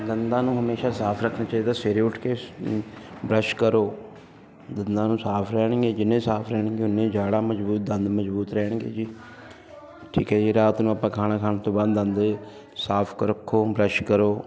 ਦੰਦਾਂ ਨੂੰ ਹਮੇਸ਼ਾ ਸਾਫ਼ ਰੱਖਣਾ ਚਾਹੀਦਾ ਸਵੇਰੇ ਉੱਠ ਕੇ ਬਰੱਸ਼ ਕਰੋ ਦੰਦਾਂ ਨੂੰ ਸਾਫ਼ ਰਹਿਣਗੇ ਜਿੰਨੇ ਸਾਫ਼ ਰਹਿਣਗੇ ਓਨੇ ਜਾੜ੍ਹਾਂ ਮਜ਼ਬੂਤ ਦੰਦ ਮਜ਼ਬੂਤ ਰਹਿਣਗੇ ਜੀ ਠੀਕ ਹੈ ਜੀ ਰਾਤ ਨੂੰ ਆਪਾਂ ਖਾਣਾ ਖਾਣ ਤੋਂ ਬਾਅਦ ਦੰਦ ਸਾਫ਼ ਕ ਰੱਖੋ ਬਰੱਸ਼ ਕਰੋ